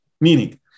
Meaning